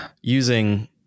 using